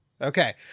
Okay